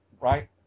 Right